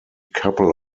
couple